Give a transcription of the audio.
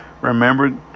remember